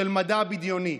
של מדע בדיוני.